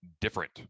different